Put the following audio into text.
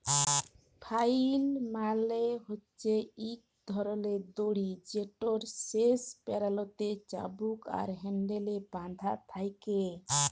flail মালে হছে ইক ধরলের দড়ি যেটর শেষ প্যারালতে চাবুক আর হ্যাল্ডেল বাঁধা থ্যাকে